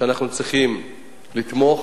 שאנחנו צריכים לתמוך.